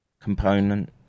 component